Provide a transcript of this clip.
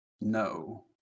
No